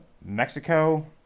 Mexico